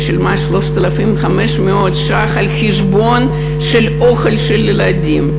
שילמה 3,500 שקלים על-חשבון האוכל של הילדים.